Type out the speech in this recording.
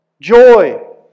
joy